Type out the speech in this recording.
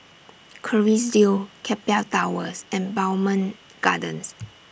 Kerrisdale Keppel Towers and Bowmont Gardens